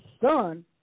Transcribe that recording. son